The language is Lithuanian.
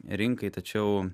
rinkai tačiau